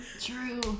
true